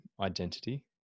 identity